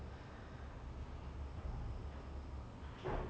ya I think that's what they did good about him so if